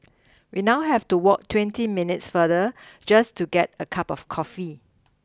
we now have to walk twenty minutes farther just to get a cup of coffee